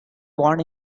born